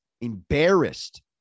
embarrassed